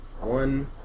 One